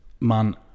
Man